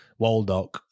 Waldock